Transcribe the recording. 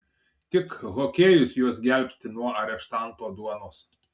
tik hokėjus juos gelbsti nuo areštanto duonos